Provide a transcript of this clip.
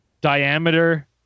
diameter